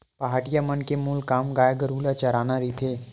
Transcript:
पहाटिया मन के मूल काम गाय गरु ल चराना रहिथे